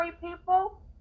people